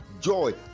joy